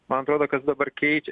man atrodo kad dabar keičia